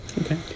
Okay